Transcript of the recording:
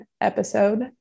episode